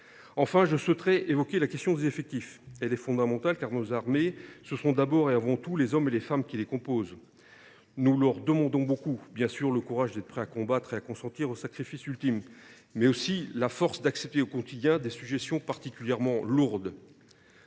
Enfin, je souhaite évoquer la question fondamentale des effectifs ; nos armées, ce sont d’abord et avant tout les hommes et les femmes qui les composent. Nous leur demandons – ce n’est pas rien – d’avoir le courage d’être prêts à combattre et à consentir au sacrifice ultime, mais aussi la force d’accepter au quotidien des sujétions particulièrement lourdes.